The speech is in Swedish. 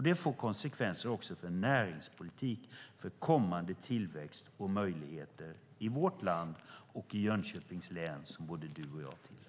Det får konsekvenser också för näringspolitiken, för kommande tillväxt och möjligheter i vårt land, också i Jönköpings län som både du, Annie Lööf, och jag tillhör.